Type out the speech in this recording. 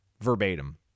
Verbatim